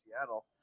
Seattle